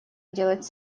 делать